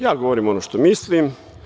Ja govorim ono što mislim.